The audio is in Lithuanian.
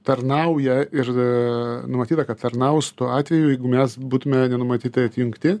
tarnauja ir numatyta kad tarnaus tuo atveju jeigu mes būtume nenumatytai atjungti